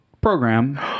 program